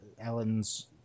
ellen's